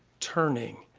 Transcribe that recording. turning,